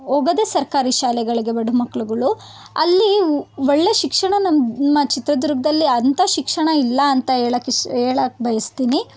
ಹೋಗೋದೇ ಸರ್ಕಾರಿ ಶಾಲೆಗಳಿಗೆ ಬಡ ಮಕ್ಳುಗಳು ಅಲ್ಲಿ ಒಳ್ಳೆಯ ಶಿಕ್ಷಣ ನಮ್ಮ ಚಿತ್ರದುರ್ಗದಲ್ಲಿ ಅಂತ ಶಿಕ್ಷಣ ಇಲ್ಲ ಅಂತ ಹೇಳಕ್ ಇಷ್ಟ ಹೇಳಕ್ ಬಯಸ್ತೀನಿ